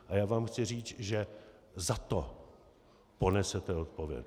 A já vám chci říct, že za to ponesete odpovědnost.